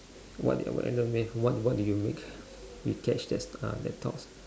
what what make what what do you make the catch that's uh that talks